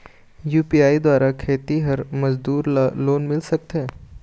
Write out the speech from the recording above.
UPI द्वारा खेतीहर मजदूर ला लोन मिल सकथे?